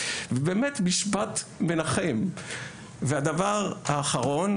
באמת משפט מנחם והדבר האחרון,